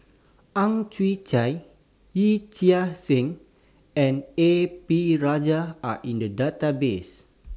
Ang Chwee Chai Yee Chia Hsing and A P Rajah Are in The Database